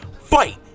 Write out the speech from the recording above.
fight